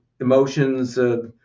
emotions